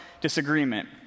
disagreement